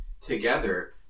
together